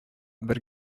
бер